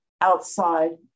outside